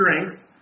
strength